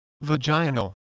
vaginal